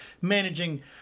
managing